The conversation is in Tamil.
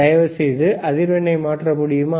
தயவுசெய்து அதிர்வெண்ணை அதிகரிக்க முடியுமா